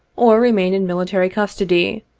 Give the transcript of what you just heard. or remain in military custody,